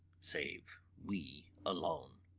save we alone.